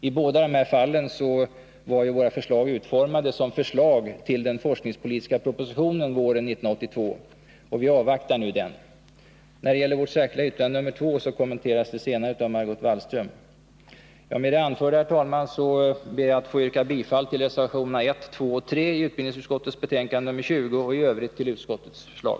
— I båda dessa fall var våra förslag utformade som förslag till den forskningspolitiska propositionen våren 1982. Vi avvaktar nu denna. Vårt särskilda yttrande 2 kommenteras senare av Margot Wallström. Med det anförda ber jag, herr talman, att få yrka bifall till reservationerna 1, 2 och 3 i utbildningsutskottets betänkande nr 20 och i övrigt bifall till utskottets förslag.